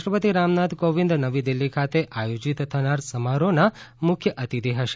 રાષ્ટ્રપતિ રામનાથ કોંવિદ નવી દિલ્હી ખાતે આયોજીત થનાર સમારોહનાં મુખ્ય અતિથી હશે